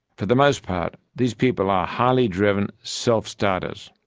for the most part, these people are highly driven self-starters.